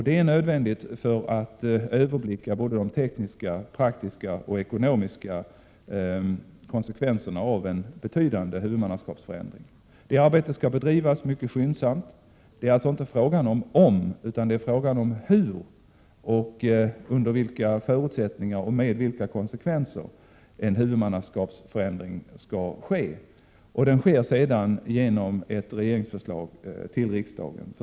Det är 39 angeläget för att man skall kunna överblicka såväl de tekniska och praktiska som de ekonomiska konsekvenserna av en betydande huvudmannaskapsförändring. Det arbetet skall bedrivas mycket skyndsamt. Det gäller alltså inte om utan hur och under vilka förutsättningar samt med vilka konsekvenser en huvudmannaskapsförändring skall ske. Den sker därefter genom ett regeringsförslag till riksdagen.